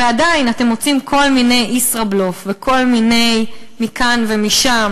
ועדיין אתם מוצאים כל מיני ישראבלוף וכל מיני מכאן ומשם